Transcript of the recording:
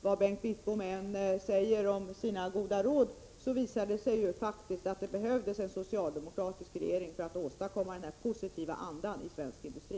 Vad Bengt Wittbom än ger för goda råd visar det sig faktiskt att det behövdes en socialdemokratisk regering för att åstadkomma en positiv anda i svensk industri.